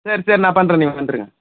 சரி சரி நான் பண்ணுறேன் நீங்கள் வந்துடுங்க